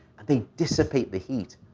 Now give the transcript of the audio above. and they dissipate the heat.